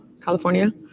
California